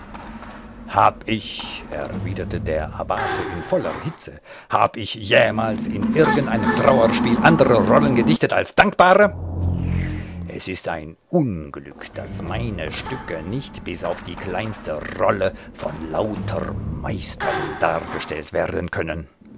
hab ich erwiderte der abbate in voller hitze hab ich jemals in irgend einem trauerspiel andere rollen gedichtet als dankbare es ist ein unglück daß meine stücke nicht bis auf die kleinste rolle von lauter meistern dargestellt werden können